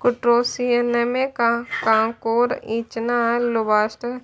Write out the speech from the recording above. क्रुटोशियनमे कांकोर, इचना, लोबस्टर,